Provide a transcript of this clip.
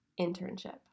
internship